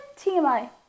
TMI